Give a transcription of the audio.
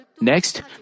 Next